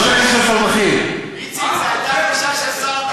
זה לא קשור לפלמחים,